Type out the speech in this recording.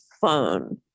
phone